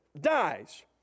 dies